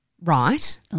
Right